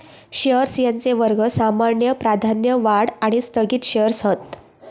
shares यांचे वर्ग सामान्य, प्राधान्य, वाढ आणि स्थगित शेअर्स हत